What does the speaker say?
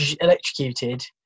electrocuted